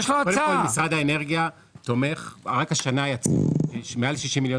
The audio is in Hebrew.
משרד האנרגיה תומך רק השנה יצאו מעל 60 מיליון